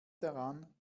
daran